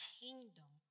kingdom